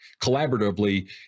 collaboratively